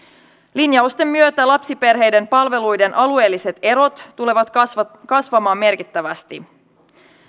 linjausten myötä lapsiperheiden palveluiden alueelliset erot tulevat kasvamaan merkittävästi